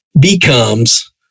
becomes